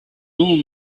old